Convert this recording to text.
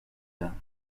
arts